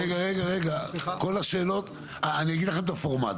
רגע, רגע, אני אגיד לכם את הפורמט.